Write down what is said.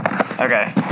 Okay